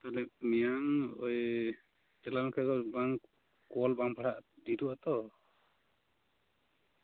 ᱛᱟᱞᱦᱮ ᱢᱤᱭᱟᱝ ᱪᱟᱞᱟᱣ ᱞᱮᱱᱠᱷᱟᱡ ᱠᱚᱞ ᱵᱟᱝ ᱵᱟᱲᱦᱟᱜ ᱰᱷᱮᱨᱚᱜ ᱟᱛᱚ